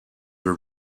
were